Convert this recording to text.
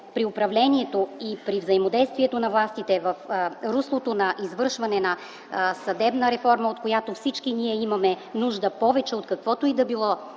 при управлението и при взаимодействието на властите в руслото на извършване на съдебна реформа, от която всички ние имаме нужда повече от всичко останало,